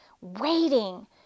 waiting